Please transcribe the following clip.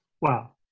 Wow